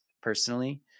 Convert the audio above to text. personally